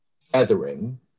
feathering